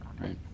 right